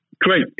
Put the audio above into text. Great